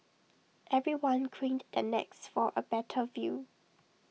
everyone craned the necks for A better view